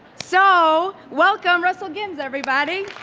so, welcome russell ginns, everybody!